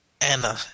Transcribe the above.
Anna